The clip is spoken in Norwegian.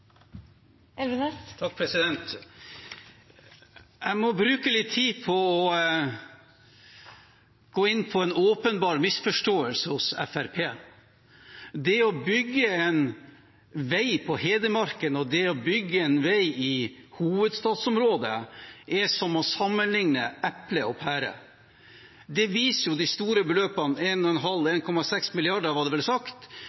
Jeg må bruke litt tid på å gå inn på en åpenbar misforståelse hos Fremskrittspartiet. Det å bygge en vei på Hedmarken og det å bygge en vei i hovedstadsområdet er som å sammenligne epler og pærer. Det viser jo de store beløpene – 1,5–1,6 mrd. kr, var det vel sagt